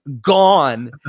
gone